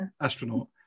astronaut